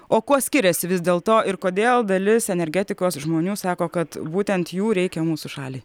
o kuo skiriasi vis dėl to ir kodėl dalis energetikos žmonių sako kad būtent jų reikia mūsų šaliai